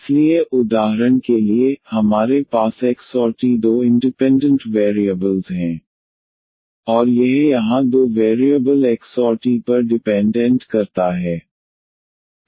इसलिए उदाहरण के लिए हमारे पास x और t दो इंडिपेंडेंट वेरिएबल हैं और यह यहाँ दो वेरिएबल x और t पर डिपेंडेंट करता है